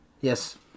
Yes